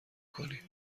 کنیم